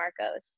Marcos